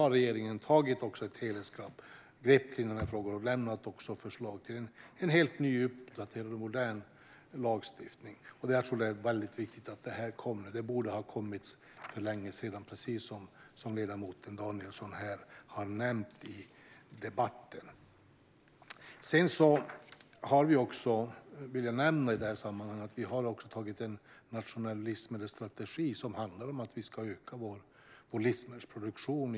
Regeringen har tagit ett helhetsgrepp och lämnat förslag till en helt ny uppdaterad och modern lagstiftning. Det är viktigt att detta kommer, men det borde ha kommit för länge sedan, precis som ledamoten Danielsson har nämnt i debatten. Låt mig nämna att vi också har antagit en nationell livsmedelsstrategi för att öka Sveriges livsmedelsproduktion.